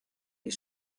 les